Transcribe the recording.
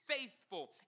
faithful